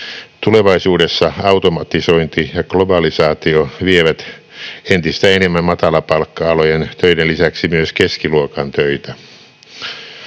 Tulevaisuudessa automatisointi ja globalisaatio vievät entistä enemmän matalapalkka-alojen töiden lisäksi myös keskiluokan töitä.